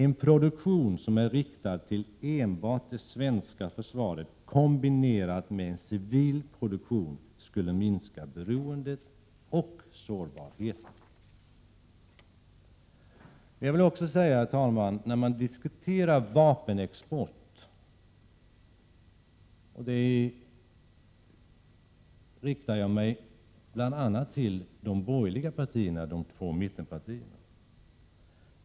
En produktion som vore riktad till enbart det svenska försvaret, kombinerad med en civil produktion, skulle minska beroendet och sårbarheten. Herr talman! Jag riktar mig nu bl.a. till de två borgerliga mittenpartierna.